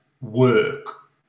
work